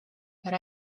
then